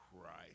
Christ